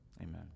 Amen